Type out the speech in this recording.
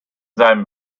seinem